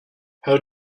how